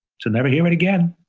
to never hear it again.